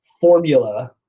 formula